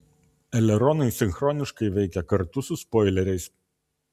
eleronai sinchroniškai veikia kartu su spoileriais